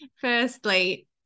firstly